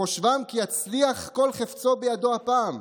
בחושבם כי יצליח כל חפצו בידו הפעם,